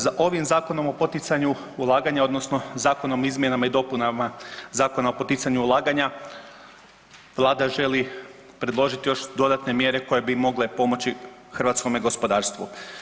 Za ovim zakonom o poticanju ulaganja odnosno Zakonom o izmjenama i dopunama Zakona o poticanju ulaganja Vlada želi predložiti još dodatne mjere koje bi mogle pomoći hrvatskome gospodarstvu.